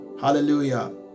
Hallelujah